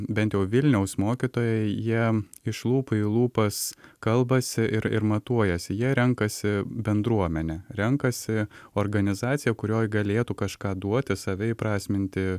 bent jau vilniaus mokytojai jie iš lūpų į lūpas kalbasi ir ir matuojasi jie renkasi bendruomenę renkasi organizaciją kurioj galėtų kažką duoti save įprasminti